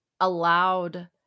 allowed